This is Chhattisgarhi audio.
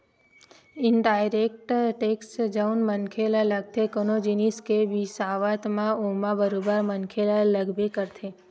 इनडायरेक्ट टेक्स जउन मनखे ल लगथे कोनो जिनिस के बिसावत म ओमा बरोबर मनखे ल लगबे करथे